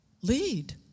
Lead